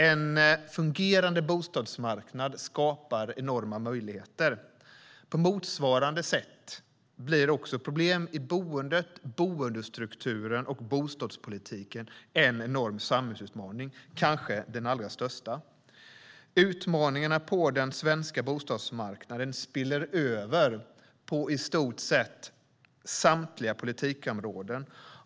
En fungerande bostadsmarknad skapar enorma möjligheter. På motsvarande sätt blir också problem i boendet, boendestrukturen och bostadspolitiken en enorm samhällsutmaning och kanske den allra största. Utmaningarna på den svenska bostadsmarknaden spiller över på i stort sett samtliga politikområden.